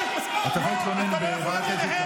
אתה יכול להתלונן בוועדת האתיקה.